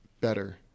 better